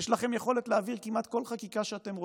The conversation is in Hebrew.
יש לכם יכולת להעביר כמעט כל חקיקה שאתם רוצים,